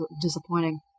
disappointing